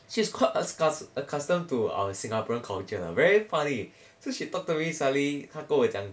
she's quite accus~ accustomed to our singaporean culture lah very funny so she talk to me suddenly 他跟我讲